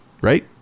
Right